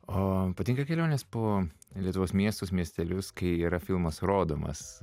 o patinka kelionės po lietuvos miestus miestelius kai yra filmas rodomas